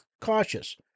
cautious